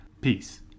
Peace